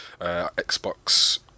Xbox